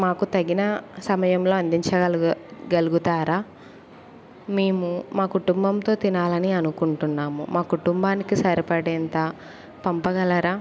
మాకు తగిన సమయంలో అందించగలుగు గలుగుతారా మేము మా కుటుంబంతో తినాలని అనుకుంటున్నాము మా కుటుంబానికి సరిపడేంత పంపగలరా